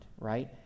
right